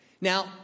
Now